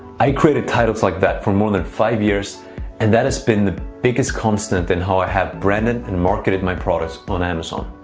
i created titles like that more than five years and that has been the biggest constant in how i have branded and marketed my products on amazon.